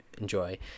enjoy